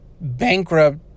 bankrupt